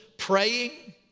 Praying